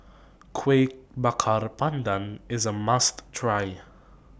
Kuih Bakar Pandan IS A must Try